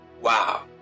Wow